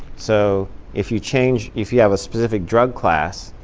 so if you change if you have a specific drug class,